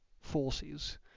forces